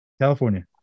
California